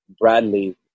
Bradley